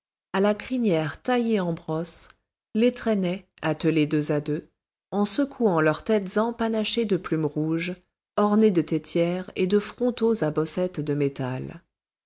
à la crinière taillée en brosse les traînaient attelés deux à deux en secouant leurs têtes empanachées de plumes rouges ornées de têtières et de frontaux à bossettes de métal